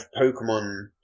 Pokemon